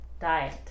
diet